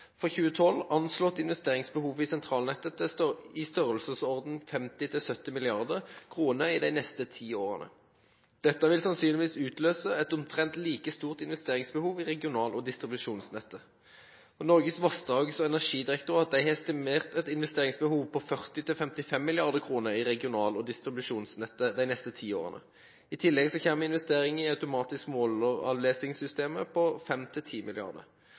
for 2012 anslått investeringsbehovet i sentralnettet til i størrelsesorden 50 mrd. kr–70 mrd. kr i de neste ti årene. Dette vil sannsynligvis utløse et omtrent like stort investeringsbehov i regional- og distribusjonsnettet. Norges vassdrags- og energidirektorat har estimert et investeringsbehov på 40 mrd. kr–55 mrd. kr i regional- og distribusjonsnettet de neste ti årene. I tillegg kommer investeringer i automatiske måleravlesningssystemer på